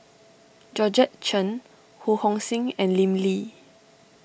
Georgette Chen Ho Hong Sing and Lim Lee